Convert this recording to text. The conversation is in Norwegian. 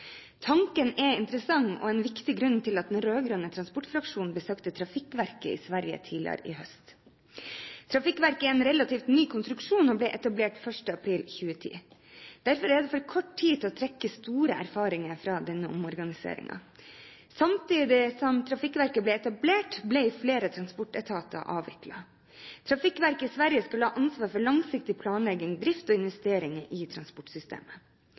Tanken er interessant og en viktig grunn til at den rød-grønne transportfraksjonen besøkte Trafikverket i Sverige tidligere i høst. Trafikverket er en relativt ny konstruksjon, og ble etablert 1. april 2010. Derfor er det for kort tid til å trekke store erfaringer fra denne omorganiseringen. Samtidig som Trafikverket ble etablert, ble flere transportetater avviklet. Trafikverket i Sverige skulle ha ansvaret for langsiktig planlegging, drift og investering i transportsystemet.